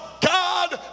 God